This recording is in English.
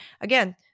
again